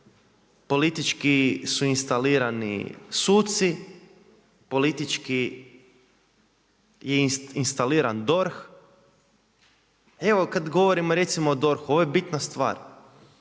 politički su instalirani suci, politički je instaliran DORH. Evo kada govorimo recimo o DORH-u, ovo je bitna stvar.